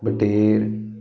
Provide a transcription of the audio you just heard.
ਬਟੇਰ